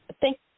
Thank